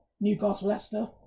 Newcastle-Leicester